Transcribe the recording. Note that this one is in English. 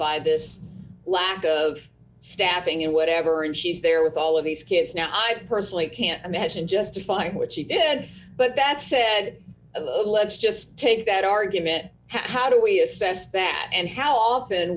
by this lack of stabbing and whatever and she's there with all of these kids now i personally can't imagine justifying what she did but that said let's just take that argument how do we assess that and how often